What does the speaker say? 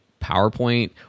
PowerPoint